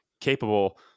capable